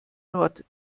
nord